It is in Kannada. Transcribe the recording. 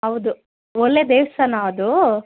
ಹೌದು ಒಳ್ಳೆ ದೇವಸ್ತಾನ ಅದು